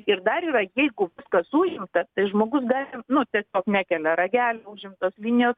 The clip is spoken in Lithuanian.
ir dar yra jeigu viskas užimta tai žmogus gali nu tiesiog nekelia ragelio užimtos linijos